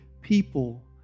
people